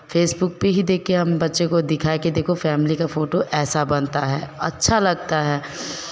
Facebook पे ही देख के हम बच्चे को दिखाए कि देखो फ़ैमिली का फोटो ऐसा बनता है अच्छा लगता है